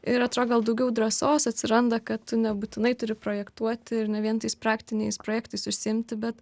ir atrodo daugiau drąsos atsiranda kad nebūtinai turi projektuoti ir ne vien tais praktiniais projektais užsiimti bet